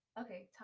okay